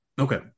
Okay